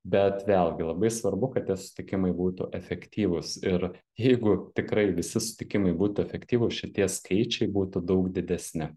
bet vėlgi labai svarbu kad tie susitikimai būtų efektyvūs ir jeigu tikrai visi susitikimai būtų efektyvūs šitie skaičiai būtų daug didesni